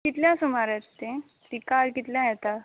कितल्या सुमार येत ते ती कार कितल्यां येता